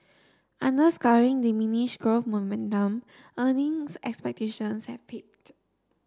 underscoring diminish growth momentum earnings expectations have peaked